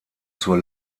zur